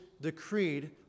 decreed